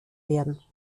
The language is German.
werden